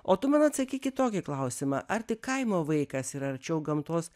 o tu man atsakyk į tokį klausimą ar tik kaimo vaikas yra arčiau gamtos